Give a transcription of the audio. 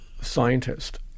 scientist